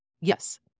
Yes